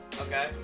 Okay